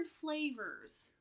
flavors